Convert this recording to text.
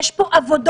יש פה עבודות